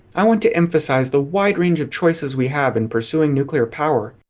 i want to emphasise the wide range of choices we have in pursuing nuclear power,